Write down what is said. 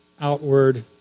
outward